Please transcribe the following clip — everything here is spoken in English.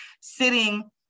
sitting